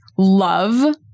Love